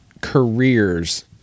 careers